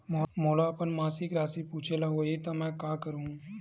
मोला अपन मासिक राशि पूछे ल होही त मैं का करहु?